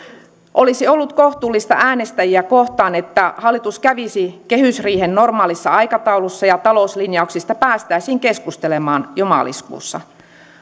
olisi ollut kohtuullista äänestäjiä kohtaan että hallitus kävisi kehysriihen normaalissa aikataulussa ja talouslinjauksista päästäisiin keskustelemaan jo maaliskuussa